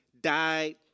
died